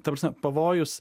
ta prasme pavojus